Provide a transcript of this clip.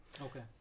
Okay